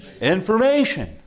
information